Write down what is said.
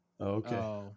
Okay